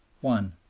one.